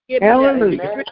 Hallelujah